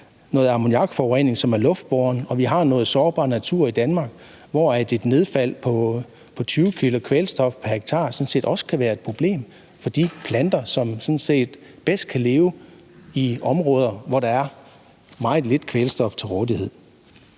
noget ammoniakforurening, som er luftbåren, og vi har noget sårbar natur i Danmark, hvor et nedfald på 20 kg kvælstof pr. hektar sådan set også kan være et problem for de planter, som sådan set bedst kan leve i områder, hvor der er meget lidt kvælstof til rådighed.